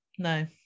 no